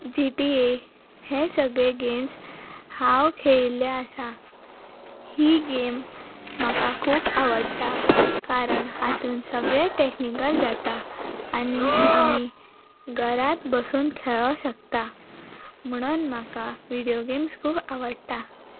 जी T A हे सगळे गेम्स हांव खेळिल्लें आसा ही गेम म्हाका खूब आवडटा कारण हातून सगळें टॅकनिकल जाता आनी आमी घरात बसून खेळूंक शकता म्हुणून म्हाका विडयो गेम्स खूब आवडटा